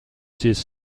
these